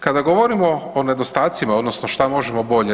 Kada govorimo o nedostacima, odnosno što možemo bolje.